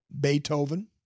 Beethoven